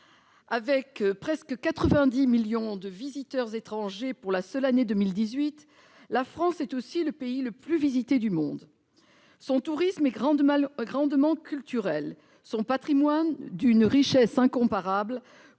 Avec presque 90 millions de visiteurs étrangers pour la seule année 2018, la France est aussi le pays le plus visité du monde. Son tourisme est grandement culturel. Son patrimoine, d'une richesse incomparable,